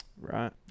Right